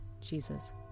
Jesus